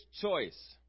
choice